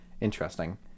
Interesting